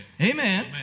Amen